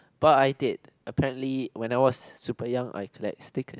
but I did apparently when I was super young I collect stickers